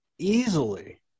Easily